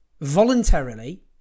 voluntarily